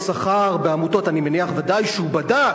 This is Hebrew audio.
שכר בעמותות אני מניח שהוא ודאי בדק.